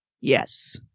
Yes